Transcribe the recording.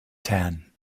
tan